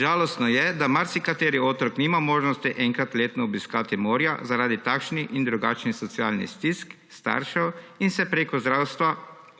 Žalostno je, da marsikateri otrok nima možnosti enkrat letno obiskati morja zaradi takšnih in drugačnih socialnih stisk staršev in se prek zdravstva